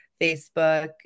Facebook